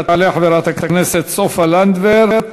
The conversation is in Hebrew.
תעלה חברת הכנסת סופה לנדבר,